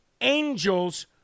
angels